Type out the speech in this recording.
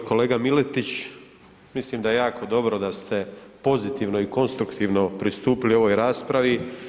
Poštovani kolega Miletić mislim da je jako dobro da ste pozitivno i konstruktivno pristupili ovoj raspravi.